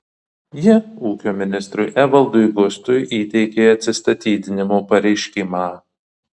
ji ūkio ministrui evaldui gustui įteikė atsistatydinimo pareiškimą